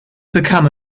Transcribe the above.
become